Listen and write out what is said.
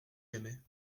jamais